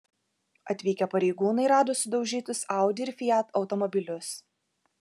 atvykę pareigūnai rado sudaužytus audi ir fiat automobilius